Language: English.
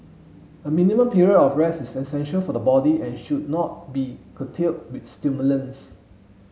a minimum period of rest is essential for the body and should not be curtailed with stimulants